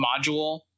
module